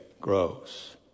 grows